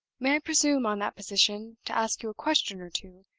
may i presume on that position to ask you a question or two,